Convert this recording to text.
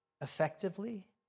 effectively